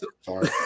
sorry